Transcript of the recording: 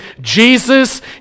Jesus